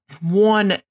one